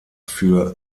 für